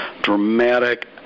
dramatic